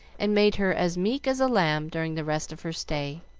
and made her as meek as a lamb during the rest of her stay.